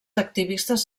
activistes